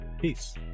Peace